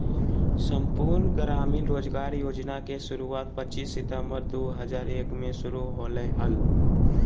संपूर्ण ग्रामीण रोजगार योजना के शुरुआत पच्चीस सितंबर दु हज़ार एक मे शुरू होलय हल